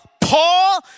Paul